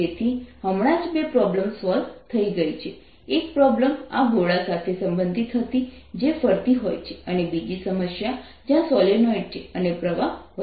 તેથી હમણાં જ બે પ્રોબ્લેમ સોલ્વ થઈ ગઈ છે એક પ્રોબ્લેમ આ ગોળા સાથે સંબંધિત હતી જે ફરતી હોય છે અને બીજી સમસ્યા જ્યાં સોલેનોઇડ છે અને પ્રવાહ વધી રહ્યો છે